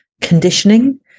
conditioning